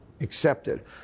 accepted